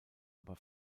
aber